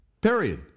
Period